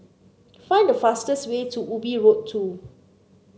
find the fastest way to Ubi Road Two